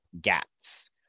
GATs